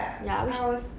ya which